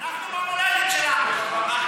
אנחנו במולדת שלנו.